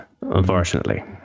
unfortunately